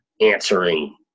answering